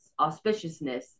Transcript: auspiciousness